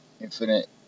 infinite